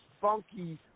funky